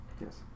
yes